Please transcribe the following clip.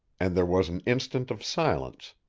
and there was an instant of silence,